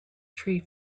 tree